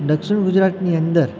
દક્ષિણ ગુજરાતની અંદર